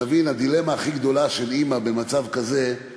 שנבין, הדילמה הכי גדולה של אימא במצב כזה היא